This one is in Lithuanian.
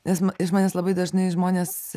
nes iš manęs labai dažnai žmonės